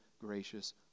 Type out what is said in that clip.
gracious